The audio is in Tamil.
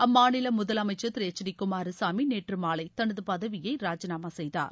அம்மாநில முதலமைச்சர் திரு எச் டி குமாரசாமி நேற்று மாலை தனது பதவியை ராஜினாமா செய்தார்